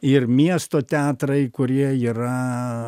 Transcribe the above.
ir miesto teatrai kurie yra